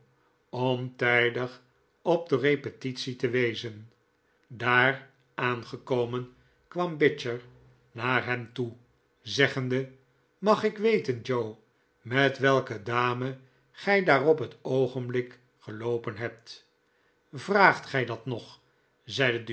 om tijdig op de repetitie te wezen daar aangekomen kwam bicher naar hem toe zeggende mag ik weten joe met welke dame gij daar op het oogenblikgeloopenhebt vraagt gij dat nog zeide